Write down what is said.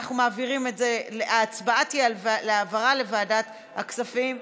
ההצבעה תהיה על העברה לוועדת הכספים.